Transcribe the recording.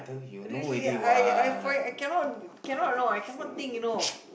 really ah I I find I cannot cannot you know I cannot think you know